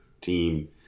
team